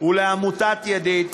ולעמותת "ידיד",